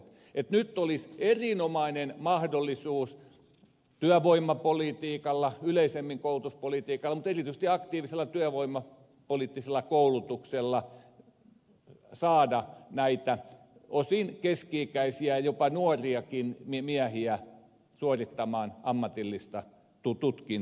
että nyt olisi erinomainen mahdollisuus työvoimapolitiikalla yleisemmin koulutuspolitiikalla mutta erityisesti aktiivisella työvoimapoliittisella koulutuksella saada näitä osin keski ikäisiä jopa nuoriakin miehiä suorittamaan ammatillista tutkintoa